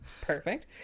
Perfect